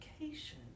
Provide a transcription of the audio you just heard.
education